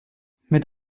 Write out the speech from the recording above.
mit